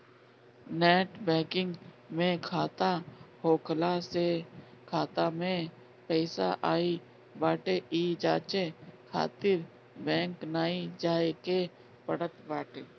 net banking में खाता होखला से खाता में पईसा आई बाटे इ जांचे खातिर बैंक नाइ जाए के पड़त बाटे